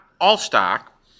all-stock